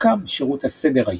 הוקם "שירות הסדר היהודי",